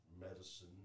medicine